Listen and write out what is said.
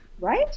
Right